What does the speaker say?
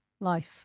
life